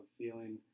feeling